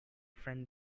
friend